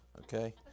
Okay